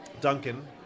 Duncan